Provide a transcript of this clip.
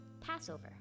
Passover